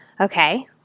okay